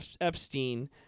Epstein